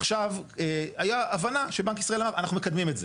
עכשיו הייתה הבנה שבנק ישראל אמר אנחנו מקדמים את זה.